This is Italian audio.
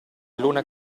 luna